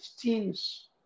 teams